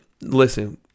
listen